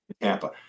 Tampa